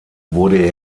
wurde